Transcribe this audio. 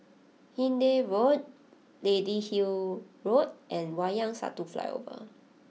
Hindhede Road Lady Hill Road and Wayang Satu Flyover